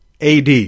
AD